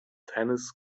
tennis